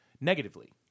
negatively